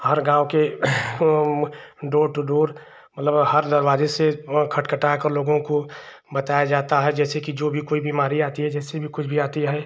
हर गाँव के door to door मतलब हर दरवाज़े से खटखटाकर लोगों को बताया जाता है जैसे कि जो भी कोई बीमारी आती है जैसे भी कुछ भी आती है